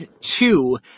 two